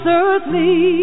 earthly